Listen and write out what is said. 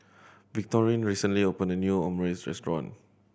Victorine recently opened a new Omurice Restaurant